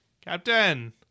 Captain